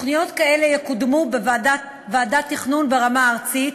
תוכניות כאלה יקודמו בוועדת תכנון ברמה הארצית,